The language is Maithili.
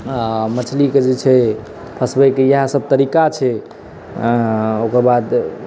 आओर मछलीके जे छै फँसबैके इएहसब तरीका छै ओकर बाद